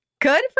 Good